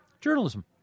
Journalism